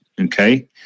Okay